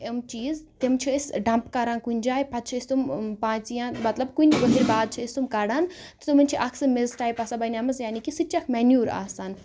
یِم چیٖز تِم چھِ أسۍ ڈَمپ کَران کُنہِ جاے پَتہٕ چھِ أسۍ تِم پانژھِ یا مطلب کُنہِ بعد چھِ أسۍ کَڑان تہٕ تمن چھِ اکھ سۄ میٚژ ٹایپ آسان بَنیمٕژ یعنے کہِ سُہ تہِ چھِ اکھ مینیور آسان